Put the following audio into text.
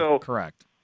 Correct